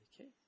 Okay